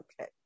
Okay